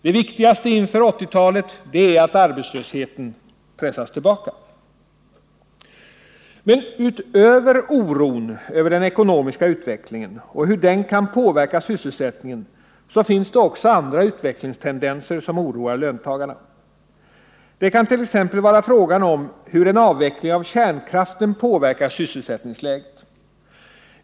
Det viktigaste inför 1980-talet är att arbetslösheten pressas tillbaka. Men utöver oron över den ekonomiska utvecklingen och hur den kan påverka sysselsättningen finns det också andra utvecklingstendenser som oroar löntagarna. Det kan t.ex. vara frågan om hur en avveckling av kärnkraften påverkar sysselsättningsläget.